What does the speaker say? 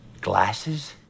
Glasses